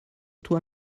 toi